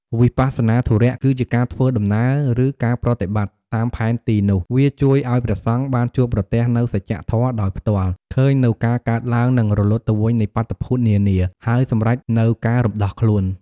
វិបស្សនាធុរៈ គឺជាការធ្វើដំណើរ ឬ ការប្រតិបត្តិ តាមផែនទីនោះ វាជួយឱ្យព្រះសង្ឃបានជួបប្រទះនូវសច្ចធម៌ដោយផ្ទាល់ ឃើញនូវការកើតឡើង និងរលត់ទៅវិញនៃបាតុភូតនានា ហើយសម្រេចនូវការរំដោះខ្លួន។